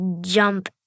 jump